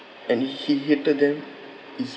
and he hated them is